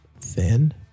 thin